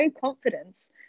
confidence